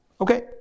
Okay